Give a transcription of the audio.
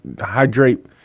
hydrate